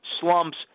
slumps